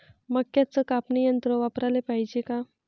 मक्क्याचं कापनी यंत्र वापराले पायजे का?